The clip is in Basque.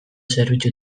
zerbitzu